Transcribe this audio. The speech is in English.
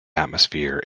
atmosphere